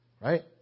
Right